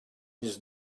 his